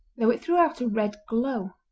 though it threw out a red glow.